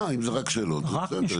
אה, אם זה רק שאלות, זה בסדר.